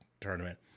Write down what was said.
tournament